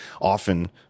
often